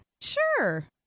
sure